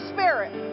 Spirit